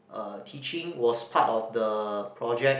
uh teaching was part of the project